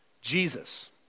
Jesus